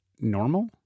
normal